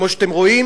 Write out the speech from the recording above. כמו שאתם רואים,